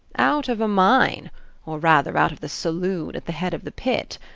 out of a mine or rather out of the saloon at the head of the pit.